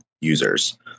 users